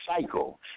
cycle